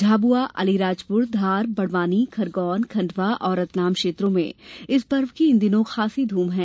झाबुआ अलीराजपुर धार बड़वानी खरगौन खण्डवा और रतलाम क्षेत्रों में इस पर्व की इन दिनों खासी धूम है